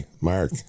Mark